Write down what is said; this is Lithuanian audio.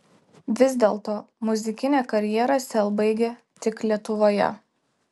vis dėlto muzikinę karjerą sel baigia tik lietuvoje